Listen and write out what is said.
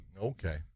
Okay